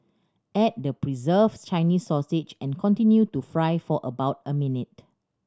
add the preserved Chinese sausage and continue to fry for about a minute